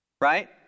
right